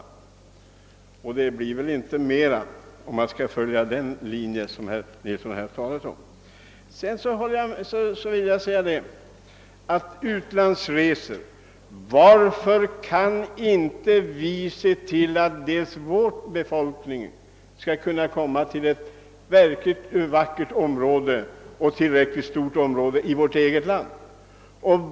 Mera blir det väl inte om man skall följa den linje som herr Nilsson i Agnäs här talat för. Herr Nilsson i Agnäs nämnde om våra utlandsresor. Varför kan inte vi se till att vår befolkning kan komma till 2tt verkligt vackert och tillräckligt stort område inom vårt eget land?